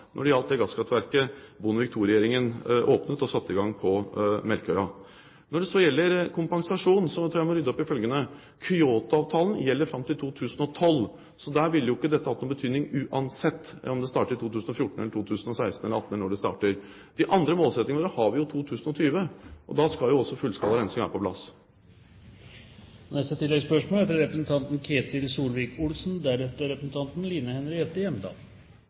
når det gjaldt gasskraftverket man åpnet og satte i gang på Melkøya. Når det gjelder kompensasjon, tror jeg at jeg må rydde opp i følgende: Kyoto-avtalen gjelder fram til 2012, så der ville ikke dette hatt noen betydning uansett om det starter i 2014, 2016 eller 2018 – eller når det starter. For de andre målsettingene våre har vi 2020, og da skal også fullskala rensing være på plass. Ketil Solvik-Olsen – til oppfølgingsspørsmål. Det er